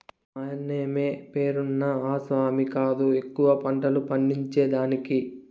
మాయన్నమే పేరున్న ఆసామి కాదు ఎక్కువ పంటలు పండించేదానికి